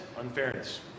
unfairness